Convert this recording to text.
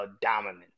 dominance